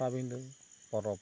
ᱯᱟᱴᱟᱵᱤᱸᱰᱟᱹ ᱯᱚᱨᱚᱵᱽ